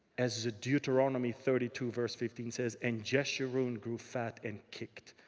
as as deuteronomy thirty two verse fifteen says, and jeshurun grew fat and kicked.